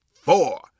four